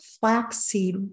flaxseed